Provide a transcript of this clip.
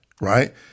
right